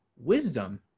wisdom